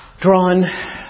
drawn